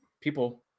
People